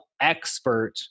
expert